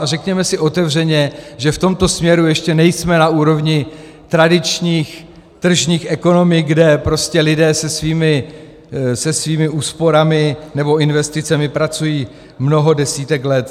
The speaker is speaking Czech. A řekněme si otevřeně, že v tomto směru ještě nejsme na úrovni tradičních tržních ekonomik, kde prostě lidé se svými úsporami nebo investicemi pracují mnoho desítek let.